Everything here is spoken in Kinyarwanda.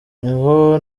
niho